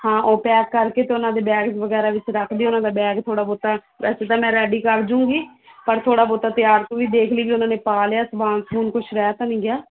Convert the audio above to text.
ਹਾਂ ਉਹ ਪੈਕ ਕਰਕੇ ਤੇ ਉਹਨਾਂ ਦੇ ਬੈਗ ਵਗੈਰਾ ਵਿੱਚ ਰੱਖਦੀ ਉਹਨਾਂ ਦਾ ਬੈਗ ਥੋੜਾ ਬਹੁਤਾ ਵੈਸੇ ਤਾਂ ਮੈਂ ਰੈਡੀ ਕਰ ਜਾਵਾਂਗੀ ਪਰ ਥੋੜਾ ਬਹੁਤਾ ਤਿਆਰ ਚ ਵੀ ਦੇਖ ਲਈ ਵੀ ਉਹਨਾਂ ਨੇ ਪਾ ਲਿਆ ਸਮਾਨ ਸਮੂਨ ਕੁਛ ਰਹਿ ਤਾਂ ਨੀ ਗਿਆ